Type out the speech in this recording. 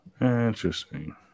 Interesting